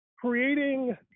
creating